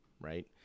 right